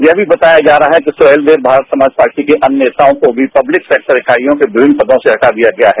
ये भी बताया जा रहा है कि सुहेलदेव ने भारत समाज पार्टी के अन्य नेताओं को भी पब्लिक सेक्टर इकाइयों के विभिन्न पदों से हटा दिया गया है